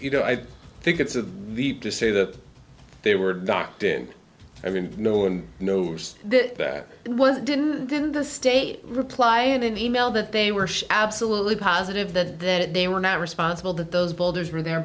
you know i think it's a deep to say that they were docked in i mean no one knows that that one didn't then the state reply had an email that they were absolutely positive that that they were not responsible that those boulders were there